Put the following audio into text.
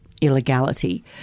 illegality